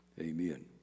Amen